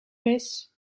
vis